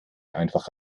einfach